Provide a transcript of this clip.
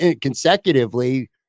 consecutively